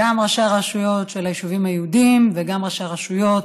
גם ראשי הרשויות של היישובים היהודיים וגם ראשי הרשויות